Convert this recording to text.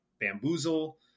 bamboozle